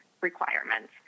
requirements